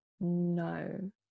No